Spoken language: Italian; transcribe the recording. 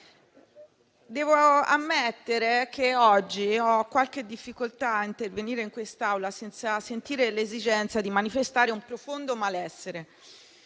devo ammettere che oggi ho qualche difficoltà a intervenire in quest'Aula senza sentire l'esigenza di manifestare un profondo malessere.